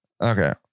Okay